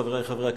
חברי חברי הכנסת,